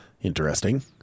Interesting